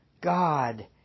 God